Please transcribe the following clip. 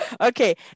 Okay